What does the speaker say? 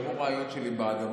שמעו ריאיון שלי ברדיו,